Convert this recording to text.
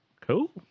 cool